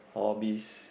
hobbies